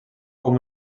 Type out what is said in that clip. com